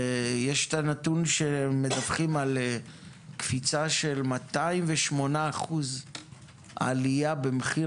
ויש את הנתון שמדווחים על קפיצה של 208% עלייה במחיר